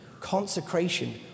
Consecration